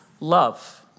Love